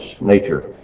nature